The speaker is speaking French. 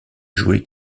jouer